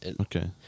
Okay